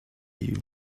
you